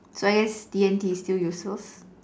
so I guess D and T is still useful